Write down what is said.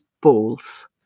balls